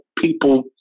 people